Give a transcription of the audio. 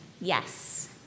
Yes